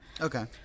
Okay